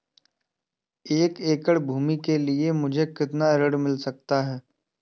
एक एकड़ भूमि के लिए मुझे कितना ऋण मिल सकता है?